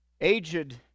aged